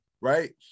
Right